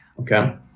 Okay